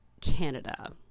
Canada